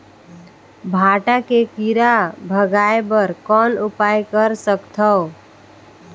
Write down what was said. भांटा के कीरा भगाय बर कौन उपाय कर सकथव?